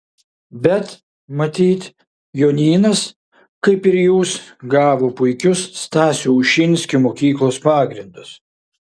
bet matyt jonynas kaip ir jūs gavo puikius stasio ušinsko mokyklos pagrindus